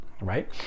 right